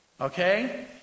Okay